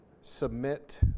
submit